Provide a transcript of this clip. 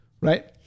Right